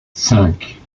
cinq